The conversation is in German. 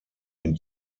den